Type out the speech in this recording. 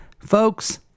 Folks